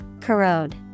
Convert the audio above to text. corrode